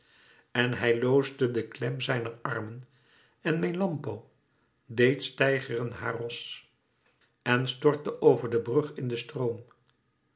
en hij loosde den klem zijner armen en melampo deed steigeren haar ros en stortte over den brug in den stroom